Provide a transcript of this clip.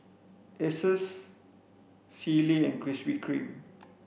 Asus Sealy and Krispy Kreme